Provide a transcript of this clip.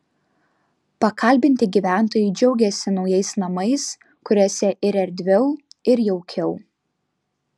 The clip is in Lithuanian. pakalbinti gyventojai džiaugėsi naujais namais kuriuose ir erdviau ir jaukiau